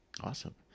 Awesome